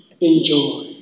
enjoy